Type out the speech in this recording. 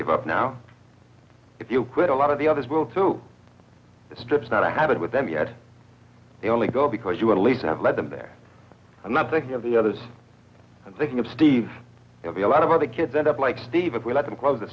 give up now if you quit a lot of the others will too strips not a habit with them yet they only go because you want to leave have led them there i'm not thinking of the others i'm thinking of steve a lot of other kids end up like steve if we let them cause th